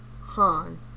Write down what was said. han